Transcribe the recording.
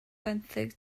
benthyg